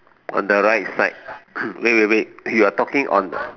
on the right side wait wait wait you're talking on